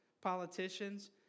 politicians